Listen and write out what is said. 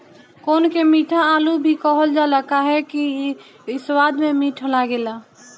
कोन के मीठा आलू भी कहल जाला काहे से कि इ स्वाद में मीठ लागेला